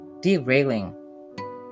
derailing